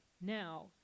Now